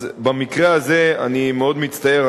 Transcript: אז במקרה הזה אני מאוד מצטער,